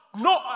no